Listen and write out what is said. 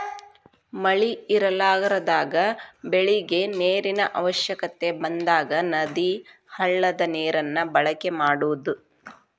ಮಳಿ ಇರಲಾರದಾಗ ಬೆಳಿಗೆ ನೇರಿನ ಅವಶ್ಯಕತೆ ಬಂದಾಗ ನದಿ, ಹಳ್ಳದ ನೇರನ್ನ ಬಳಕೆ ಮಾಡುದು